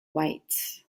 whites